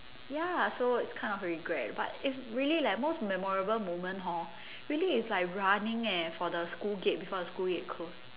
ya so it's kind of a regret but if really leh most memorable moment hor really is like running leh for the school gate before the school gate close